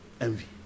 envy